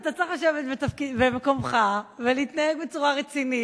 אתה צריך לשבת במקומך ולהתנהג בצורה רצינית.